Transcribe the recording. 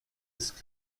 ist